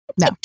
no